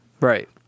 Right